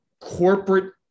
corporate